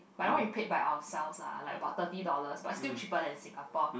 but that one we paid by ourselves lah like about thirty dollars but still cheaper than Singapore